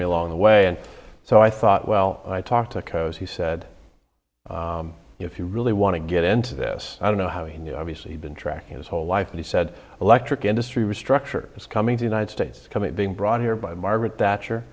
me along the way and so i thought well i talked to coast he said if you really want to get into this i don't know how he obviously been tracking his whole life and he said electric industry restructure is coming to united states come it being brought here by margaret thatcher